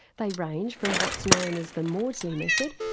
they range from what's known as the maudsley method,